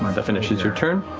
that finishes your turn.